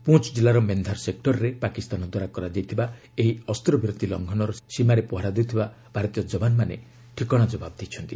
ପୁଞ୍ ଜିଲ୍ଲାର ମେନ୍ଧାର ସେକ୍ଟରରେ ପାକିସ୍ତାନ ଦ୍ୱାରା କରାଯାଇଥିବା ଏହି ଅସ୍ତ୍ରବିରତି ଲଙ୍ଘନର ସୀମାରେ ପହରା ଦେଉଥିବା ଭାରତୀୟ ଯବାନମାନେ ଠିକଣା ଜବାବ ଦେଇଛନ୍ତି